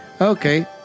Okay